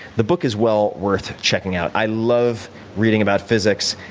the book is well worth checking out. i love reading about physics.